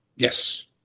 Yes